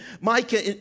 Micah